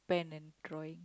pen and draw it